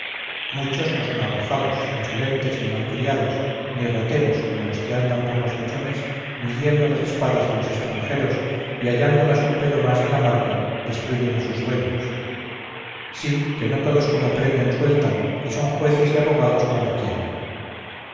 muchos no son arrojados insolentes ni mal criados ni rateros como los que andan por los mesones midiendo las espadas a los estranjeros y hallándolas un pelo más de la marca destruyen a sus dueños sí que no todos como prenden sueltan y son jueces y abogados cuando quieren